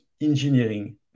engineering